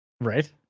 Right